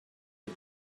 had